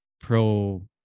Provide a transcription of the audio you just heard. pro